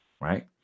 right